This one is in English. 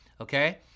Okay